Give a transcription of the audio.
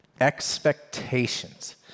Expectations